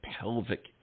pelvic